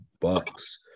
Bucks